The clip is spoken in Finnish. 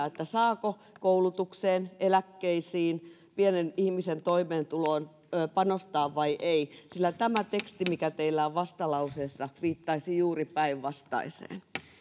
että saako koulutukseen eläkkeisiin pienen ihmisen toimeentuloon panostaa vai ei sillä tämä teksti mikä teillä on vastalauseessa viittaisi juuri päinvastaiseen